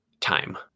time